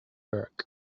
burke